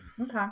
Okay